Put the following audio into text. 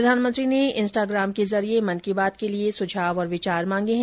प्रधानमंत्री ने इंस्टाग्राम के जरिये मन की बात के लिए सुझाव और विचार मांगे हैं